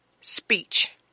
speech